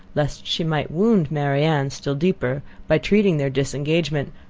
lest she might wound marianne still deeper by treating their disengagement,